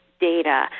data